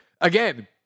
again